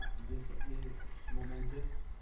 this is momentous.